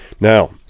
Now